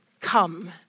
come